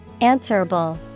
answerable